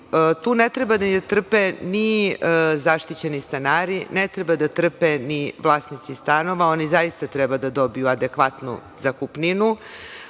Tu ne treba da trpe ni zaštićeni stanari, ne treba da trpe ni vlasnici stanova, oni zaista treba da dobiju adekvatnu zakupninu.